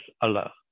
Allah